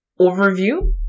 overview